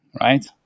right